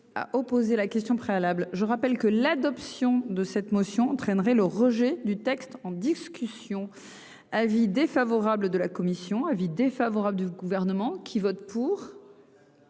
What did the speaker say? à opposer la question préalable, je rappelle que l'adoption de cette motion entraînerait le rejet du texte en discussion : avis défavorable de la commission avis défavorable du gouvernement qui vote pour.